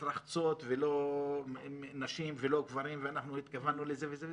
מתרחצות נשים ולא גברים ואנחנו התכוונו לזה וזה וזה,